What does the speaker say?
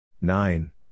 nine